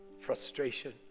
frustration